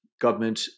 government